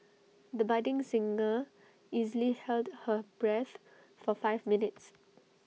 the budding singer easily held her breath for five minutes